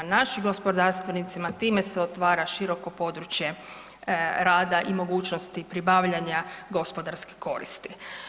Našim gospodarstvenicima time se otvara široko područje rada i mogućnosti pribavljanja gospodarske koristi.